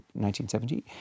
1970